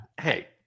Hey